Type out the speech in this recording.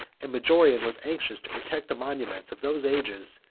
and majorian was anxious to protect the monuments of those ages,